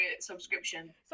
subscription